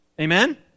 Amen